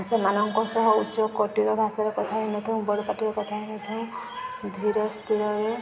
ସେମାନଙ୍କ ସହ ଉଚ୍ଚକୋଟୀର ଭାଷାର କଥା ହେଇନଥାଉ ବଡ଼ପାଟିରେ କଥା ହେଇନଥାଉ ଧୀର ସ୍ଥିରରେ